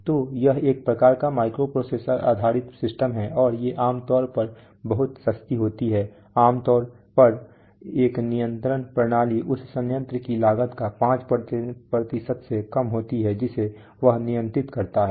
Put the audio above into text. तो यह एक प्रकार का माइक्रोप्रोसेसर आधारित सिस्टम है और ये आम तौर पर बहुत सस्ती होती हैं आमतौर पर एक नियंत्रण प्रणाली उस संयंत्र की लागत का 5 से कम होती है जिसे वह नियंत्रित करता है